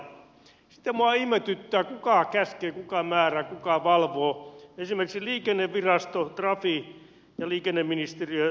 sitten minua ihmetyttää kuka käskee kuka määrää kuka valvoo esimerkiksi liikennevirasto trafi ja liikenneministeriö